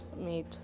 made